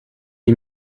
est